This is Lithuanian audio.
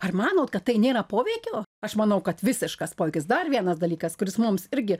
ar manot kad tai nėra poveikio aš manau kad visiškas poveikis dar vienas dalykas kuris mums irgi